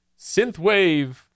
Synthwave